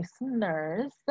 listeners